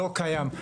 לא קיים.